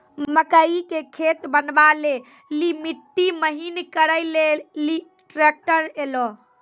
मकई के खेत बनवा ले ली मिट्टी महीन करे ले ली ट्रैक्टर ऐलो?